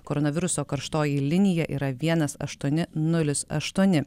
koronaviruso karštoji linija yra vienas aštuoni nulis aštuoni